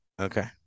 Okay